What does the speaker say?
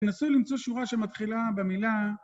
תנסו למצוא שורה שמתחילה במילה...